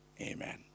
Amen